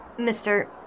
Mr